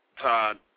Todd